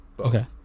Okay